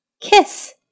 kiss